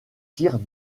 tirs